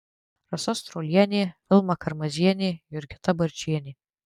rasa strolienė vilma karmazienė jurgita barčienė